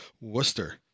worcester